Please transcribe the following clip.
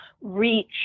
reach